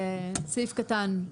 סעיף קטן (ב),